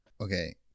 Okay